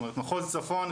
זאת אומרת מחוז צפון,